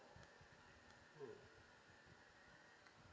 mm